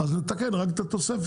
אז נתקן רק את התוספת.